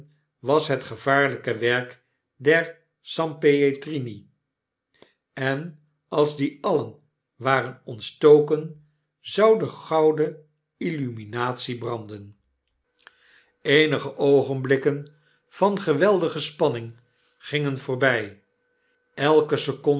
was het gevaarlyke werk der sanpietrini en als die alien waren ontstoken zou de gouden illuminatie branden een vreeselijk oogenblik eenige oogenblikken van geweldige spanning fingen voorbij elke seconde